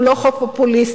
הוא לא חוק פופוליסטי,